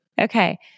Okay